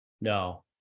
No